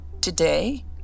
today